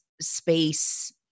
space